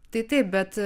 tai taip bet